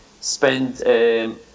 spend